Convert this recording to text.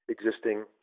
existing